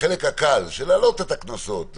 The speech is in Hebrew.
בחלק הקל, של העלאת הקנסות,